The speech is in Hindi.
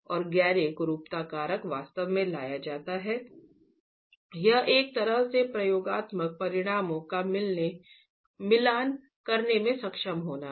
और गैर एकरूपता कारक वास्तव में लाया जाता है यह एक तरह से प्रयोगात्मक परिणामों का मिलान करने में सक्षम होना है